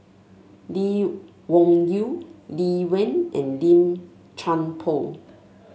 Lee Wung Yew Lee Wen and Lim Chuan Poh